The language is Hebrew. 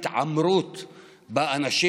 אני הייתי מציעה לכל אחד מחברי